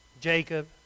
Jacob